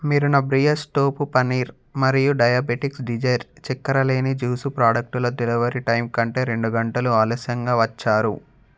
మీరు నా బ్రియాస్ టోఫు పన్నీర్ మరియు డయాబెటిక్స్ డిజైర్ చక్కెర లేని జూసు ప్రాడక్టుల డెలివరీ టైంకి అంటే రెండు గంటలు ఆలస్యంగా వచ్చారు